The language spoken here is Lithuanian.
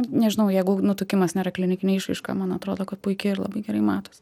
nežinau jeigu nutukimas nėra klinikinė išraiška man atrodo kad puikiai ir labai gerai matos